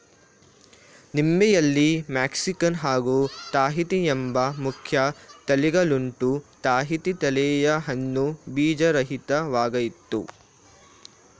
ನಿಂಬೆಯಲ್ಲಿ Mexican ಹಾಗೂ Tahiti ಎಂಬ ಮುಖ್ಯ ತಳಿಗಳುಂಟು ತಾಹಿತಿ ತಳಿಯ ಹಣ್ಣು ಬೀಜರಹಿತ ವಾಗಯ್ತೆ